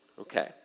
Okay